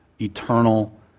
eternal